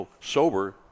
sober